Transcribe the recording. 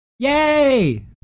Yay